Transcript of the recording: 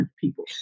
people